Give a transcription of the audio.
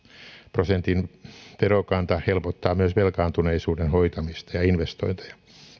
prosentin verokanta helpottaa myös velkaantuneisuuden hoitamista ja investointeja